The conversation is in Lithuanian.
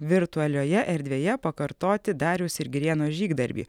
virtualioje erdvėje pakartoti dariaus ir girėno žygdarbį